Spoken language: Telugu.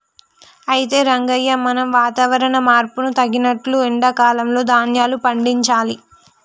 అయితే రంగయ్య మనం వాతావరణ మార్పును తగినట్లు ఎండా కాలంలో ధాన్యాలు పండించాలి